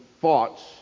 thoughts